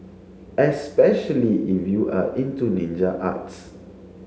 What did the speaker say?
especially if you are into ninja arts